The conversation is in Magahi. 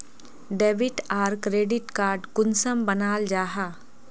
डेबिट आर क्रेडिट कार्ड कुंसम बनाल जाहा?